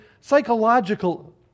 psychological